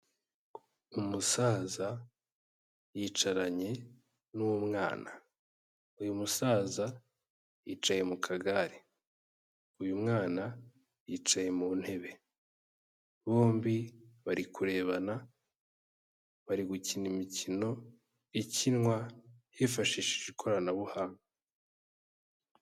Umusaza yicaranye n'umwana, uyu musaza yicaye mu kagare, uyu mwana yicaye mu ntebe, bombi bari kurebana, bari gukina imikino ikinwa hifashishijejwe ikoranabuhanga.